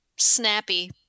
Snappy